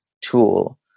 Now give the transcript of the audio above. tool